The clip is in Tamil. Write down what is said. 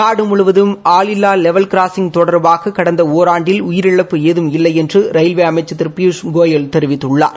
நாடு முழுவதும் ஆல் இல்லா லெவல் கிராஸிங் தொடர்பாக கடநத ஒராண்டில் உயிரிழப்பு ஏதும் இல்லை என்று ரயில்வே அமைச்சர் திரு பியூஷ் கோயல் தெரிவித்துள்ளார்